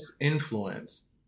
influence